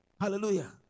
Hallelujah